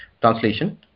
Translation